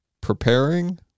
preparing